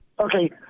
Okay